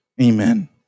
Amen